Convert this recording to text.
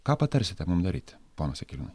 ką patarsite mum daryti ponas jekeliūnai